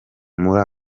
muri